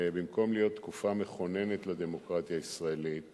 במקום להיות תקופה מכוננת לדמוקרטיה הישראלית